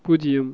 பூஜ்ஜியம்